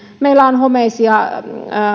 meillä on homeisia